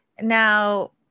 Now